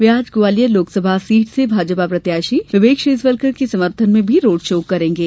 वे आज ग्वालियर लोकसभा सीट से भाजपा प्रत्याशी विवेक शेजवलकर के समर्थन में भी रोडशो करेंगे